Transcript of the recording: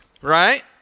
Right